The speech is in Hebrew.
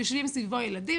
יושבים סביבו ילדים,